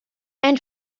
and